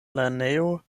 lernejo